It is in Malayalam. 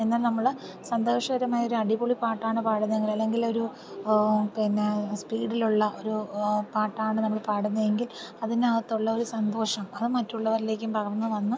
എന്നാൽ നമ്മൾ സന്തോഷകരമായ ഒരു അടിപൊളി പാട്ടാണ് പാടുന്നതെങ്കിൽ അല്ലെങ്കിലൊരു പിന്നെ സ്പീഡിലുള്ള ഒരു പാട്ടാണ് നമ്മൾ പാടുന്നത് എങ്കിൽ അതിനകത്തുള്ള ഒരു സന്തോഷം അത് മറ്റുള്ളവരിലേക്കും പകർന്ന് വന്ന്